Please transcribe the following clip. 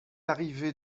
arrivé